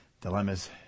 dilemmas